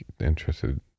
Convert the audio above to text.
interested